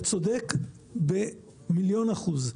אתה צודק במיליון אחוז.